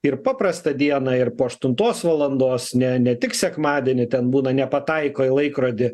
ir paprastą dieną ir po aštuntos valandos ne ne tik sekmadienį ten būna nepataiko į laikrodį